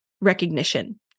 recognition